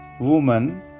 woman